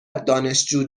دانشجو